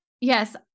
yes